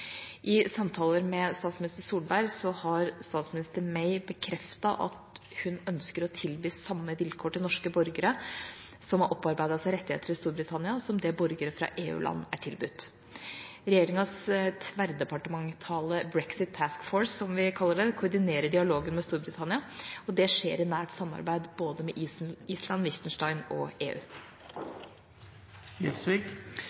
I samtaler med statsminister Solberg har statsminister May bekreftet at hun ønsker å tilby samme vilkår til norske borgere som har opparbeidet seg rettigheter i Storbritannia, som det borgere fra EU-land er tilbudt. Regjeringas tverrdepartementale «brexit task force» koordinerer dialogen med Storbritannia. Det skjer i nært samarbeid med både Island, Liechtenstein og